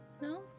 No